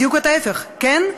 בדיוק את ההפך: כן,